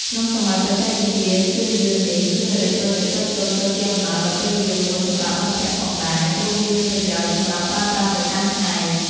ក្នុងសម័យបច្ចេកវិទ្យាជឿនលឿននេះ គ្រឿងអេឡិចត្រូនិចតូចៗក៏ជាអំណោយដ៏ពេញនិយមមួយសម្រាប់មិត្តភក្តិផងដែរ ព្រោះវាមានប្រយោជន៍សម្រាប់ប្រើប្រាស់ប្រចាំថ្ងៃ។